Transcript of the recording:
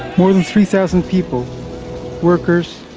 more than three thousand people workers,